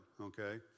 okay